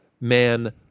man